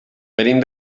venim